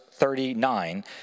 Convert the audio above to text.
39